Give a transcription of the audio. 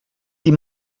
dir